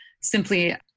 simply